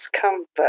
comfort